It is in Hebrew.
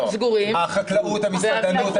החקלאות, המסעדנות.